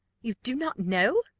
you do not know!